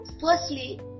firstly